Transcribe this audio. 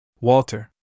Walter